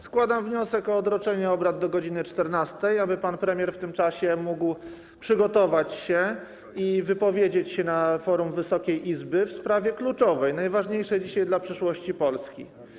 Składam wniosek o odroczenie obrad do godz. 14, aby pan premier w tym czasie mógł przygotować się, by wypowiedzieć się na forum Wysokiej Izby w sprawie kluczowej, najważniejszej dzisiaj dla przyszłości Polski.